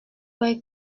vrai